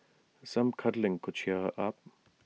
some cuddling could cheer her up